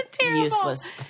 useless